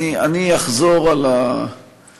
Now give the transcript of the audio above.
אז אני אחזור על השאלה.